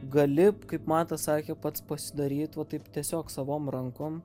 gali kaip matas sakė pats pasidaryti va taip tiesiog savom rankom